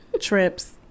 trips